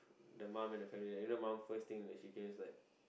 the mum and the family like you know mum first thing like care is like